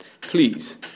Please